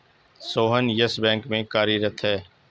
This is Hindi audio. सोहन येस बैंक में कार्यरत है